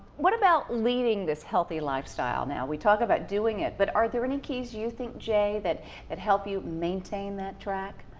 what about leading this healthy lifestyle now? we talk about doing it, but are there any keys you think, jay, that that help you maintain that track?